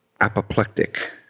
apoplectic